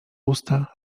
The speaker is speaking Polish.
usta